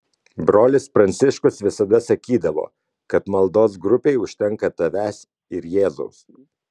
brolis pranciškus visada sakydavo kad maldos grupei užtenka tavęs ir jėzaus